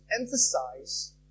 emphasize